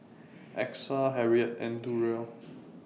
Exa Harriette and Durrell